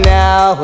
now